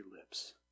lips